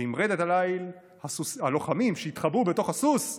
ועם רדת הליל הלוחמים שהתחבאו בתוך הסוס,